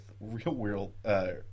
real-wheel